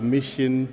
Mission